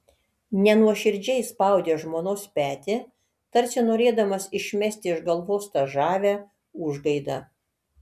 nenuoširdžiai spaudė žmonos petį tarsi norėdamas išmesti iš galvos tą žavią užgaidą